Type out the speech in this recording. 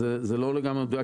אז זה לא לגמרי מדויק,